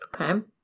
Okay